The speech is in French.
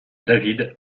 david